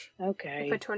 Okay